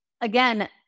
again